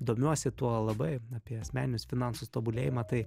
domiuosi tuo labai apie asmeninius finansus tobulėjimą tai